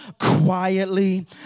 quietly